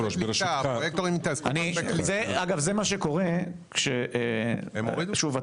זה מה שקורה כששוב,